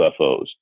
UFOs